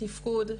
תפקוד,